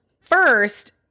First